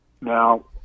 Now